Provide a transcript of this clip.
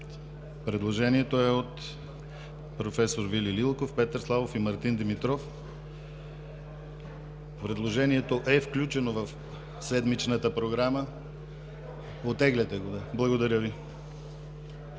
Предложението е от проф. Вили Лилков, Петър Славов и Мартин Димитров. Предложението е включено в седмичната програма. (Шум и реплики.)